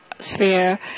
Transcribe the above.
sphere